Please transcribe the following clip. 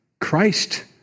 Christ